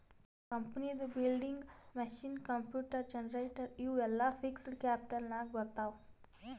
ಕಂಪನಿದು building, machine, computer, generator ಇವು ಎಲ್ಲಾ ಫಿಕ್ಸಡ್ ಕ್ಯಾಪಿಟಲ್ ನಾಗ್ ಬರ್ತಾವ್